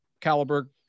caliber